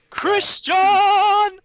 christian